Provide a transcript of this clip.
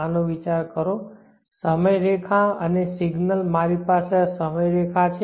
આનો વિચાર કરો સમય રેખા અને સિગ્નલ મારી પાસે આ સમયરેખા છે